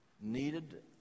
needed